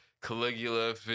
Caligula